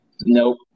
Nope